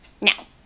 Now